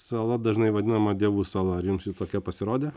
sala dažnai vadinama dievų sala ar jums ji tokia pasirodė